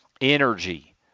energy